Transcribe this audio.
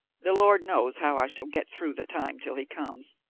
the lord knows how i shall get through the time till he comes.